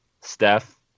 steph